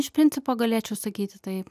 iš principo galėčiau sakyti taip